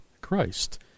Christ